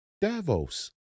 Davos